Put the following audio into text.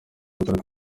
gutoroka